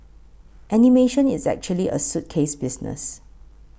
animation is actually a suitcase business